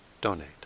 donate